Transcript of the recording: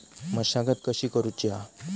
मशागत कशी करूची हा?